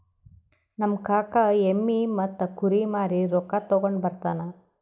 ನಮ್ ಕಾಕಾ ಎಮ್ಮಿ ಮತ್ತ ಕುರಿ ಮಾರಿ ರೊಕ್ಕಾ ತಗೊಂಡ್ ಬರ್ತಾನ್